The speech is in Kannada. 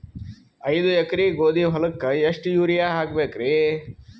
ಐದ ಎಕರಿ ಗೋಧಿ ಹೊಲಕ್ಕ ಎಷ್ಟ ಯೂರಿಯಹಾಕಬೆಕ್ರಿ?